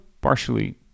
Partially